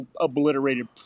obliterated